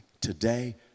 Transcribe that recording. Today